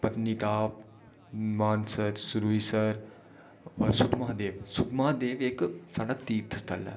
पत्निटाप मानसर सरूईसर सुद्दमहादेव सुद्दमहादेव साढ़ा इक तीर्थ स्थल ऐ